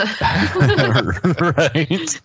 Right